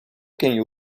quem